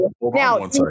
Now